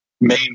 main